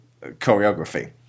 choreography